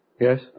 Yes